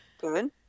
good